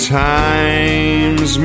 times